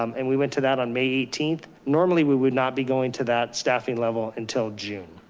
um and we went to that on may eighteenth. normally we would not be going to that staffing level until june.